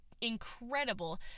incredible